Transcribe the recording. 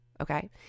Okay